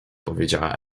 powiedziała